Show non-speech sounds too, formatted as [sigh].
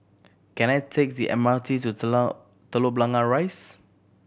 can I take the M R T to [unintelligible] Telok Blangah Rise